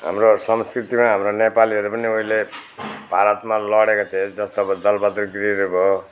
हाम्रो समष्टितिर हाम्रो नेपालीहरू पनि उहिले भारतमा लडेका थिए जस्तो अब दलबहादुर गिरीहरू भयो